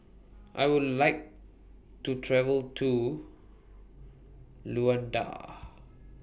I Would like to travel to Luanda